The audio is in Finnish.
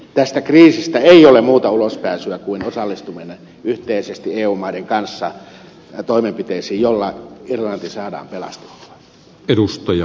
tästä kriisistä ei ole muuta ulospääsyä kuin osallistuminen yhteisesti eu maiden kanssa toimenpiteisiin joilla irlanti saadaan pelastettua